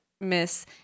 Miss